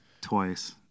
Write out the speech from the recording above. Twice